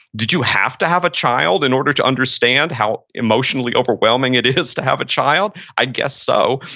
did you have to have a child in order to understand how emotionally overwhelming it is to have a child? i guess so.